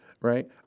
right